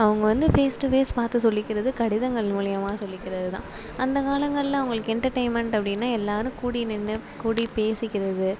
அவங்க வந்து face to face பார்த்து சொல்லிக்கிறது கடிதங்கள் மூலியமாக சொல்லிக்கிறது தான் அந்த காலங்களில் அவங்களுக்கு என்டர்டைன்மெண்ட் அப்படின்னா எல்லாரும் கூடி நின்று கூடி பேசிக்கிறது